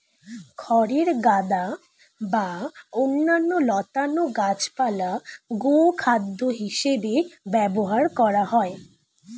খড়ের গাদা বা অন্যান্য লতানো গাছপালা গোখাদ্য হিসেবে ব্যবহার করা হয়